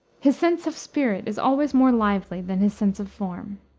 his sense of spirit is always more lively than his sense of form.